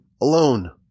alone